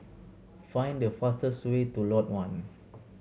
find the fastest way to Lot One